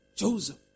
Joseph